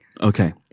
Okay